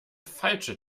falsche